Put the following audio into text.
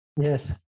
Yes